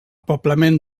poblament